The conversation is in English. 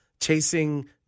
chasing